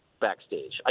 backstage